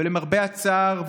ולמרבה הצער,